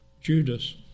Judas